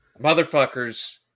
motherfuckers